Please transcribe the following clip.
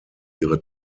ihre